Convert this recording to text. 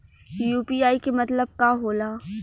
UPI के मतलब का होला?